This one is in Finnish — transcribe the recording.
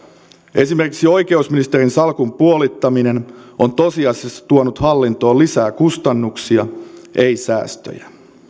esimerkiksi oikeusministerin salkun puolittaminen on tosiasiassa tuonut hallintoon lisää kustannuksia ei säästöjä